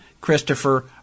Christopher